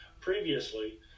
previously